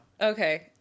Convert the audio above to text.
Okay